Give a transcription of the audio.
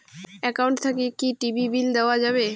Account থাকি কি TV bill দেওয়া যাবে?